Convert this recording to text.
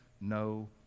no